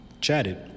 chatted